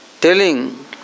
telling